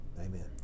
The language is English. Amen